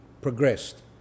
progressed